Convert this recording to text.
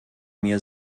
mir